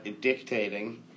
dictating